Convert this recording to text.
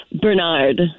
Bernard